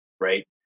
right